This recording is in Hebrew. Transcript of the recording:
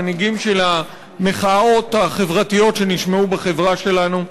מנהיגים של המחאות החברתיות שנשמעו בחברה שלנו.